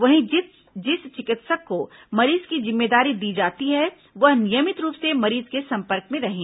वहीं जिस चिकित्सक को मरीज की जिम्मेदारी दी जाती है वह नियमित रूप से मरीज के संपर्क में रहें